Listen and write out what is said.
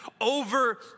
over